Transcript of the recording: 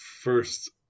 first